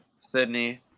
Sydney